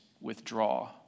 withdraw